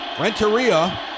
Renteria